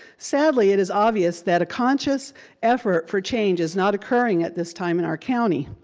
sadly, it is obvious that a conscious effort for change is not occurring at this time in our county.